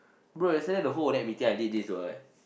bro yesterday the whole of you think I did this for what